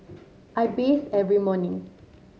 I bathe every morning